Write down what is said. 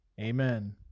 Amen